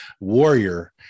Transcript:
warrior